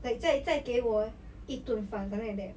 like 再再给我一顿饭 something like that